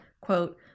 Quote